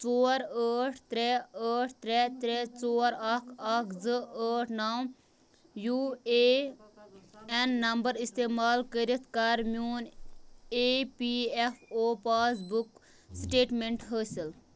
ژور ٲٹھ ترٛےٚ ٲٹھ ترٛےٚ ترٛےٚ ژور اکھ اکھ زٕ ٲٹھ نو یوٗ اے این نمبر اِستعمال کٔرِتھ کَر میٛون E P F O passbook statement حٲصِل